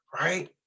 right